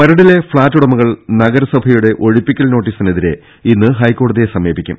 മരടിലെ ഫ്ളാറ്റുടമകൾ നഗരസഭയുടെ ഒഴിപ്പിക്കൽ നോടീസിനെ തിരെ ഇന്ന് ഹൈക്കോടതിയെ സമീപിക്കും